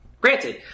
Granted